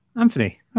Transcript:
Anthony